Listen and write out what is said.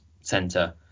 center